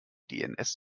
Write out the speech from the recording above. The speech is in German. dns